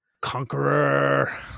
Conqueror